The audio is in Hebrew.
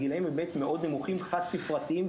הגילאים באמת מאוד נמוכים חד ספרתיים,